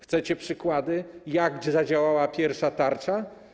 Chcecie przykłady tego, jak zadziałała pierwsza tarcza.